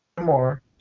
more